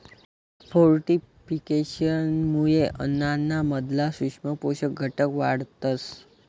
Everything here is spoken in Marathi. फूड फोर्टिफिकेशनमुये अन्नाना मधला सूक्ष्म पोषक घटक वाढतस